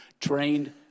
trained